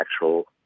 actual